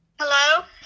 Hello